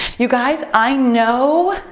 you guys, i know,